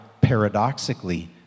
paradoxically